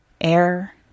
Air